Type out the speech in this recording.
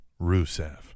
Rusev